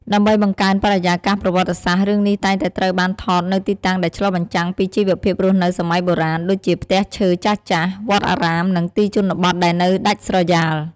ដើម្បីបង្កើនបរិយាកាសប្រវត្តិសាស្ត្រ រឿងនេះតែងតែត្រូវបានថតនៅទីតាំងដែលឆ្លុះបញ្ចាំងពីជីវភាពរស់នៅសម័យបុរាណ ដូចជាផ្ទះឈើចាស់ៗ វត្តអារាម និងទីជនបទដែលនៅដាច់ស្រយាល។